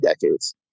decades